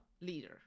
leader